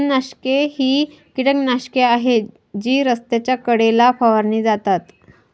तणनाशके ही कीटकनाशके आहेत जी रस्त्याच्या कडेला फवारली जातात